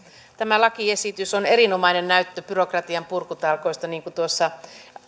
tämä lakiesitys on erinomainen näyttö byrokratian purkutalkoista niin kuin tuossa